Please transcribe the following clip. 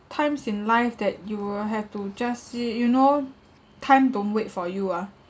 times in life that you will have to adjust it you know time don't wait for you ah